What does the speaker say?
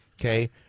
Okay